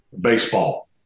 baseball